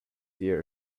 year